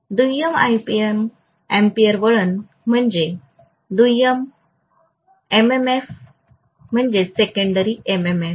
दुय्यम अॅम्पीयर वळण म्हणजे दुय्यम एमएमएफ